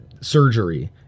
surgery